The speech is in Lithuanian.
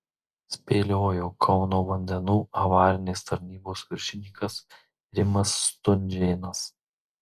spėliojo kauno vandenų avarinės tarnybos viršininkas rimas stunžėnas